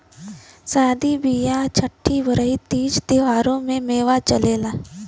सादी बिआह छट्ठी बरही तीज त्योहारों में मेवा चलला